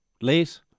Late